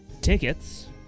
tickets